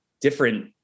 different